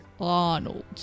Arnold